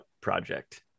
project